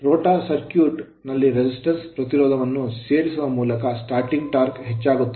rotor circuit rotor circuit ನಲ್ಲಿ resistance ಪ್ರತಿರೋಧವನ್ನು ಸೇರಿಸುವ ಮೂಲಕ starting torque ಪ್ರಾರಂಭ ಟಾರ್ಕ್ ಹೆಚ್ಚಾಗುತ್ತದೆ